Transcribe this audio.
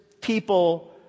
people